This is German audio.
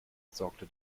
sorgte